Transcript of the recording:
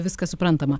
viskas suprantama